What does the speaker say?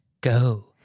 go